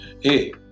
Hey